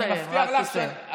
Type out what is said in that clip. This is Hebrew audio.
אני מבטיח לך שאני לא פותח.